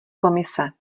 komise